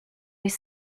les